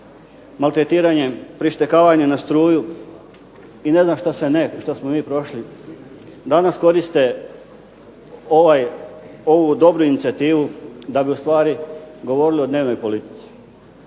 maltretiranje, prištekavanje na struju i ne znam što sve ne što smo mi prošli danas koriste ovu dobru inicijativu da bi ustvari govorili o dnevnoj politici,